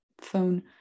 phone